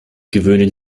gewöhnen